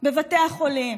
בבתי החולים.